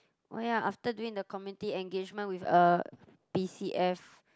oh ya after doing the community engagement with a B_C_F